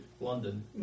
London